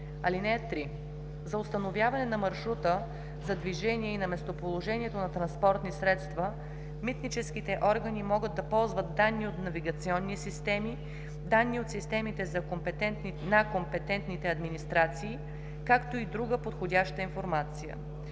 (3) За установяване на маршрута на движение и на местоположението на транспортни средства митническите органи могат да ползват данни от навигационни системи, данни от системите на компетентните администрации, както и друга подходяща информация.“